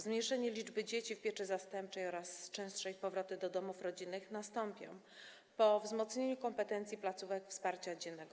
Zmniejszenie liczby dzieci w pieczy zastępczej oraz częstsze ich powroty do domów rodzinnych nastąpią po wzmocnieniu kompetencji placówek wsparcia dziennego.